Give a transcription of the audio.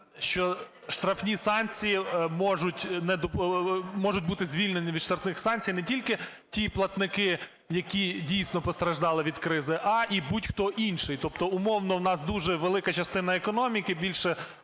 що штрафні санкції… можуть бути звільнені від штрафних санкцій не тільки ті платники, які, дійсно, постраждали від кризи, а і будь-хто інший. Тобто, умовно, у нас дуже велика частина економіки, більше,